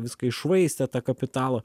viską iššvaistė tą kapitalą